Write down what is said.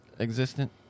existent